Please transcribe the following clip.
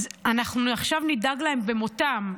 עכשיו אנחנו נדאג להם במותם.